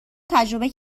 تجربه